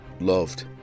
loved